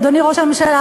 אדוני ראש הממשלה,